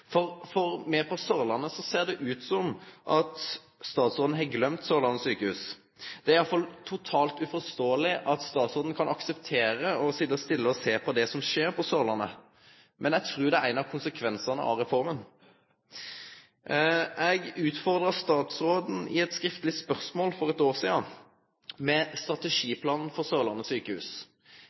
For oss på Sørlandet ser det ut som om statsråden har gløymt Sørlandet sykehus. Det er iallfall totalt uforståeleg at statsråden kan akseptere å sitje stille og sjå på det som skjer på Sørlandet. Men eg trur det er ein av konsekvensane av reforma. Eg utfordra statsråden i eit skriftleg spørsmål for eit år sidan på om strategiplanen for Sørlandet sykehus